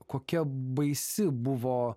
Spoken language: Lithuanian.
kokia baisi buvo